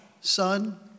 Son